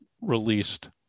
released